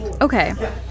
Okay